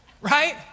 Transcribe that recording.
Right